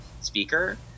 speaker